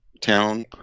town